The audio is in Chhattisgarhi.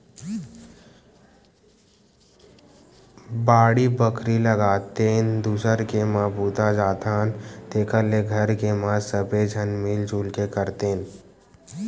बाड़ी बखरी लगातेन, दूसर के म बूता जाथन तेखर ले घर के म सबे झन मिल जुल के करतेन